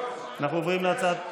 אדוני היושב-ראש,